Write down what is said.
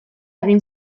egin